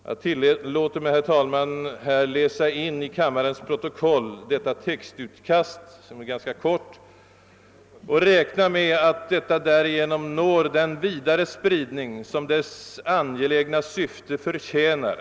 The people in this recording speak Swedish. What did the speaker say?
Jag tillåter mig, herr talman, att till kammarens protokoll läsa in detta ganska korta textutkast och räknar med att det därigenom når den vidare spridning som dess angelägna syfte förtjänar.